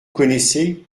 connaissez